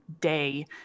day